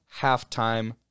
halftime